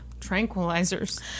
Tranquilizers